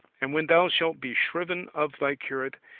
and when thou shalt be shriven of thy curate,